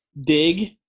Dig